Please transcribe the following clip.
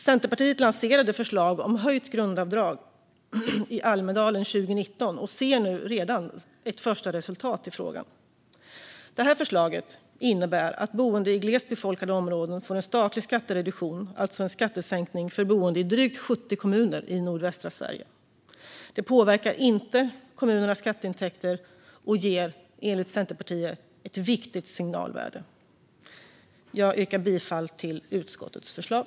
Centerpartiet lanserade förslag om höjt grundavdrag i Almedalen 2019 och ser redan nu ett första resultat i frågan. Det här förslaget innebär att boende i glest befolkade områden får en statlig skattereduktion. Det blir en skattesänkning för boende i drygt 70 kommuner i nordvästra Sverige. Det påverkar inte kommunernas skatteintäkter, men har enligt Centerpartiet ett viktigt signalvärde. Jag yrkar bifall till utskottets förslag.